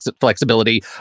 flexibility